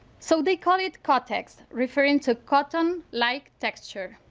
so they call it kotex referring to cotton-like like texture.